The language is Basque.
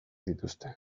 dituzte